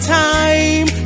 time